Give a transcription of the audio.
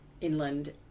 inland